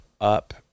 up